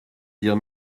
dire